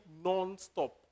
non-stop